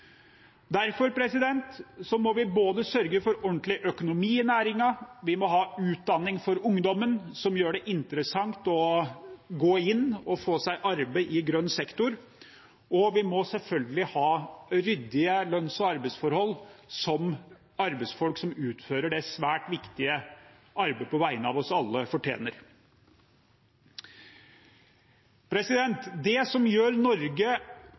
Derfor må vi sørge for ordentlig økonomi i næringen, vi må ha utdanning for ungdommen som gjør det interessant å gå inn og få seg arbeid i grønn sektor, og vi må selvfølgelig ha ryddige lønns- og arbeidsforhold, som arbeidsfolk som utfører det svært viktige arbeidet på vegne av oss alle, fortjener. Det som gjør Norge